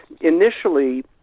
Initially